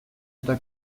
eta